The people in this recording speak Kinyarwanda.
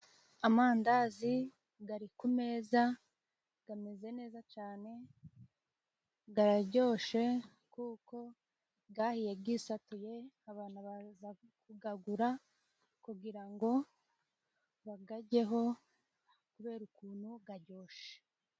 Amandazi gari kumeza gameze neza cane gararyoshe kuko gahiye gisatuye, abantu baza kugagura kugira ngo bagajyeho kubera ukuntu garyoshe.